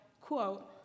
quote